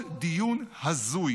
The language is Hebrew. בעוד דיון הזוי